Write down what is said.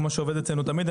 כמו שעובד אצלנו תמיד,